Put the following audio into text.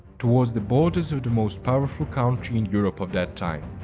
towards the borders of the most powerful country in europe of that time,